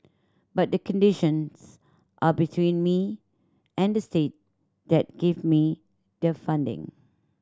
but the conditions are between me and the state that give me the funding